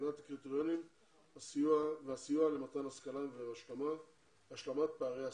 מבחינת הקריטריונים הסיוע למתן השכלה והשלמת פערי השכלה.